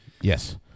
Yes